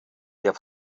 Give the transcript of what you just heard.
der